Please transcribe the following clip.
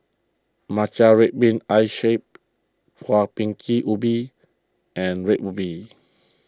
Matcha Red Bean Ice Shaved Kueh Bingka Ubi and Red Ruby